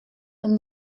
and